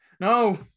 No